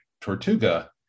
Tortuga